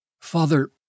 Father